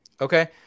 Okay